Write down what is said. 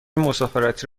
مسافرتی